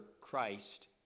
Christ